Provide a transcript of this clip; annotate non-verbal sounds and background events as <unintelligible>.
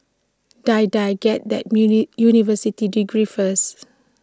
Die Die get that <unintelligible> university degree first